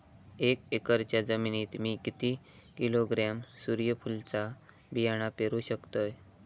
एक एकरच्या जमिनीत मी किती किलोग्रॅम सूर्यफुलचा बियाणा पेरु शकतय?